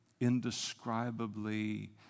indescribably